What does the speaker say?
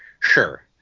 sure